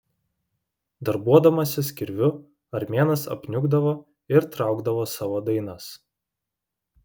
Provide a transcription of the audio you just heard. darbuodamasis kirviu armėnas apniukdavo ir traukdavo savo dainas